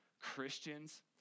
Christians